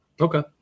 Okay